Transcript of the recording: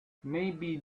maybe